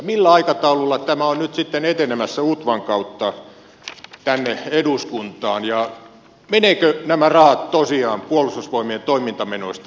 millä aikataululla tämä on nyt sitten etenemässä utvan kautta tänne eduskuntaan ja menevätkö nämä rahat tosiaan puolustusvoimien toimintamenoista